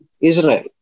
Israel